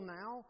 now